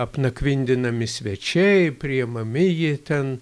apnakvindinami svečiai priimami jie ten